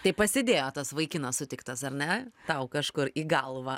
tai pasidėjo tas vaikinas sutiktas ar ne tau kažkur į galvą